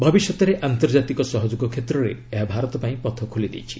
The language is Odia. ଭବିଷ୍ୟତରେ ଆନ୍ତର୍ଜାତିକ ସହଯୋଗ କ୍ଷେତ୍ରରେ ଏହା ଭାରତ ପାଇଁ ପଥ ଖୋଲି ଦେଇଛି